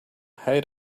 height